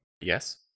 Yes